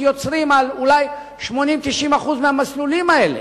יוצרים אולי על 80% 90% מהמסלולים האלה.